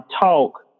talk